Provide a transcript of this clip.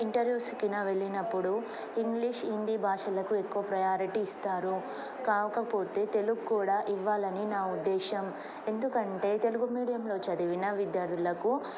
ఇంటర్వ్యూస్కు అయిన వెళ్ళినప్పుడు ఇంగ్లీష్ హిందీ భాషలకు ఎక్కువ ప్రయారిటీ ఇస్తారు కాకపోతే తెలుగు కూడా ఇవ్వాలని నా ఉద్దేశం ఎందుకంటే తెలుగు మీడియంలో చదివిన విద్యార్థులకు